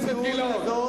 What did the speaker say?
נכון,